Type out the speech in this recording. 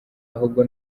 ahubwo